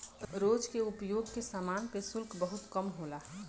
रोज के उपयोग के समान पे शुल्क बहुत कम होला